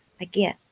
Again